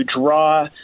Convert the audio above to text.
draw